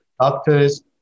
doctors